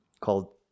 called